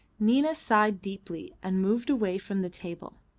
nina sighed deeply and moved away from the table.